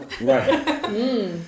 Right